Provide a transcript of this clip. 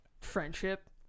friendship